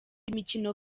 mikino